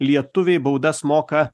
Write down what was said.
lietuviai baudas moka